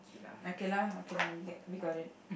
okay lah okay lah we get we got it